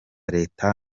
leta